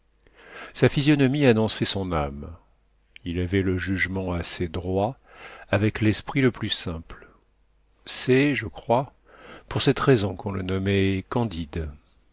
sa physionomie annonçait son âme il avait le jugement assez droit avec l'esprit le plus simple c'est je crois pour cette raison qu'on le nommait candide